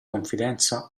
confidenza